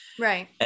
Right